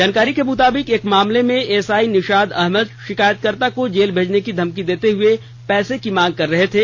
जानकारी को मुताबिक एक मामले में एएसआई निषाद अहमद शिकायतकर्ता को जेल भेजने की धमकी देते हुए पैसे की मांग कर रहे थे